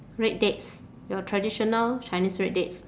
red dates your traditional chinese red dates